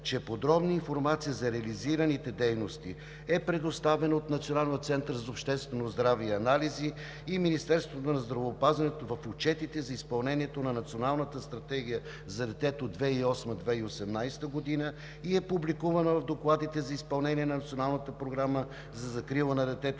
че подробна информация за реализираните дейности е предоставена от Националния център по обществено здраве и анализи и Министерството на здравеопазването в отчетите за изпълнението на Националната стратегия за детето 2008 – 2018 г. и е публикувана в докладите за изпълнение на Националната програма за закрила на детето